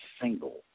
single